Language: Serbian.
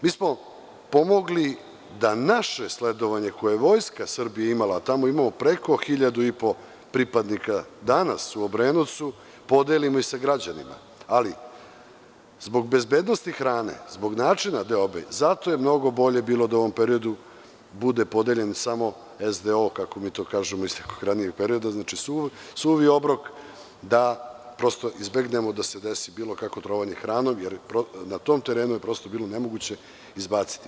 Mi smo pomogli da naše sledovanje, koje je Vojska Srbije imala tamo, a imamo preko 1.500 pripadnika danas u Obrenovcu, podelimo i sa građanima, ali zbog bezbednosti hrane, zbog načina deobe, mnogo je bolje bilo da u ovom periodu bude podeljen samo SDO, kako mi to kažemo iz nekog ranijeg perioda, znači suvi obrok, da izbegnemo da se desi bilo kakvo trovanje hranom, jer na tom terenu je bilo nemoguće izbaciti.